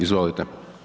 Izvolite.